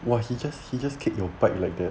!wah! he just he just kick your bike like that